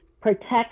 protect